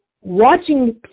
watching